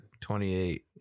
28